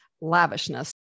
lavishness